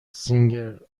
سینگر